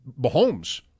Mahomes